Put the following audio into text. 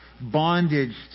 bondage